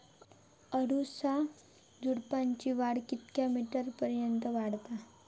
अडुळसा झुडूपाची वाढ कितक्या मीटर पर्यंत वाढता?